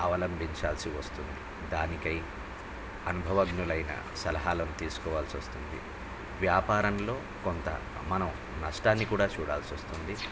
అవలంభించాల్సి వస్తుంది దానికై అనుభవజ్ఞులైన సలహాలను తీసుకోవాల్సి వస్తుంది వ్యాపారంలో కొంత మనం నష్టాన్ని కూడా చూడాల్సి వస్తుంది